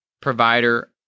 provider